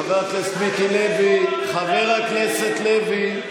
חבר הכנסת מיקי לוי, חבר הכנסת לוי.